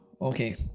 Okay